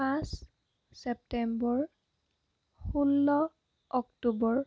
পাঁচ ছেপ্টেম্বৰ ষোল্ল অক্টোবৰ